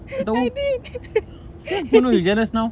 I did